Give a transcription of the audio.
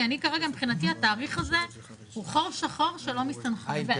כי מבחינתי התאריך הזה הוא חור שחור שלא מסתנכרן.